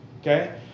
Okay